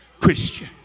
Christian